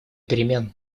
перемен